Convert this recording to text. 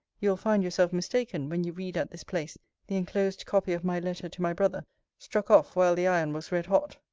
you will find yourself mistaken when you read at this place the enclosed copy of my letter to my brother struck off while the iron was red hot.